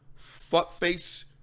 Fuckface